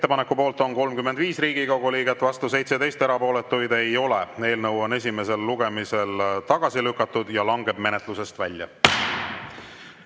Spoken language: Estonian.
Ettepaneku poolt on 42 Riigikogu liiget, vastu 14 ja erapooletuid ei ole. Eelnõu on esimesel lugemisel tagasi lükatud ja langeb menetlusest välja.